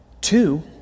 Two